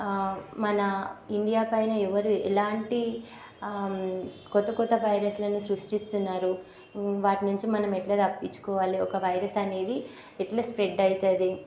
మన ఇండియా పైన ఎవరు ఎలాంటి కొత్త కొత్త వైరస్లను సృష్టిస్తున్నారు వాటి నుంచి మనం ఎలా తప్పించుకోవాలి ఒక వైరస్ అనేది ఎట్లా స్ప్రెడ్ అవుతుంది